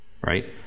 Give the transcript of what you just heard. right